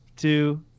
Two